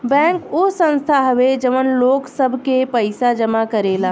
bank उ संस्था हवे जवन लोग सब के पइसा जमा करेला